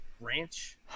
ranch